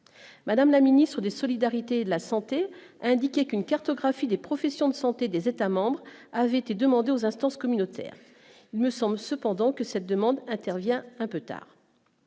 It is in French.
madame la ministre des solidarités et de la santé, a indiqué qu'une cartographie des professions de santé des États-membres avait été demandé aux instances communautaires me semble cependant que cette demande intervient un peu tard,